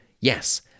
yes